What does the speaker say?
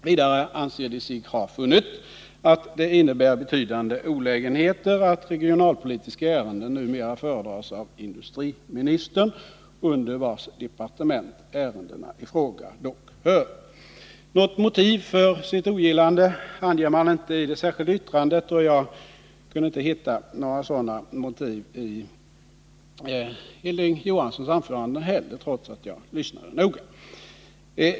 Vidare anser de sig ha funnit att det innebär betydande olägenheter att regionalpolitiska ärenden numera föredras av industriministern, under vars departement ärendena i fråga dock hör. Något motiv för sitt ogillande anger man inte i det särskilda yttrandet, och jag kunde inte höra att det fanns några sådana motiv i Hilding Johanssons anförande heller, trots att jag lyssnade noga.